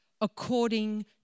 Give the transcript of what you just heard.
according